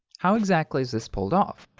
how exactly is this pulled off?